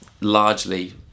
largely